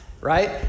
right